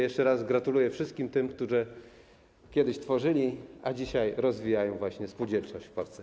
Jeszcze raz gratuluję wszystkim tym, którzy kiedyś tworzyli, a dzisiaj rozwijają spółdzielczość w Polsce.